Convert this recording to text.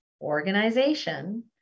organization